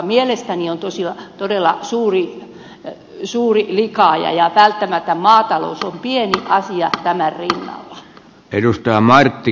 mielestäni tämä on todella suuri likaaja eikä välttämättä maatalous se on pieni asia tämän rinnalla